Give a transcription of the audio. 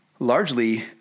Largely